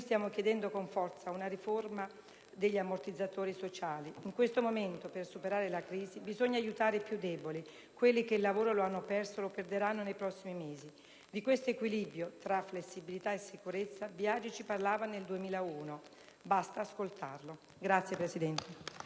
Stiamo chiedendo con forza una riforma degli ammortizzatori sociali. In questo momento, per superare la crisi, bisogna aiutare i più deboli, quelli che il lavoro lo hanno perso o lo perderanno nei prossimi mesi. Di questo equilibrio tra flessibilità e sicurezza Biagi parlava già nel 2001. Basta ascoltarlo.